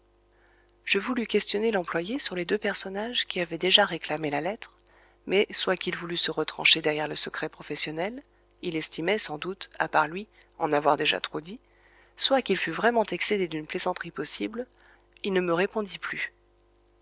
je voulus questionner l'employé sur les deux personnages qui avaient déjà réclamé la lettre mais soit qu'il voulût se retrancher derrière le secret professionnel il estimait sans doute à part lui en avoir déjà trop dit soit qu'il fût vraiment excédé d'une plaisanterie possible il ne me répondit plus